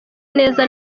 neza